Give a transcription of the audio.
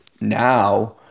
now